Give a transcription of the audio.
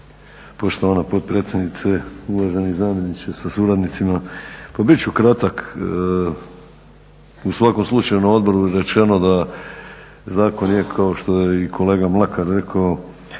Poštovana potpredsjednice, uvaženi zamjeniče sa suradnicima. Pa bit ću kratak. U svakom slučaju na odboru je rečeno da zakon je kao što je i kolega Mlakar rekao